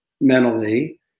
mentally